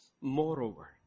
Moreover